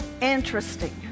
Interesting